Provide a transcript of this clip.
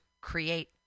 create